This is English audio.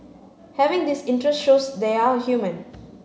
having this interest shows they are human